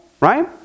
right